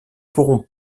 pourront